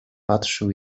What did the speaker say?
patrzył